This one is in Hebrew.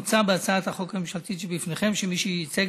מוצע בהצעת החוק הממשלתית שלפניכם שמי שייצג